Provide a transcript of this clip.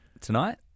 Tonight